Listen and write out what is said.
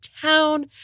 town